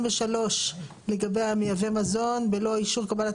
בחו"ל אכן יכול לעמוד במגבלות הקיימות במדינת ישראל.